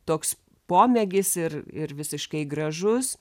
toks pomėgis ir ir visiškai gražus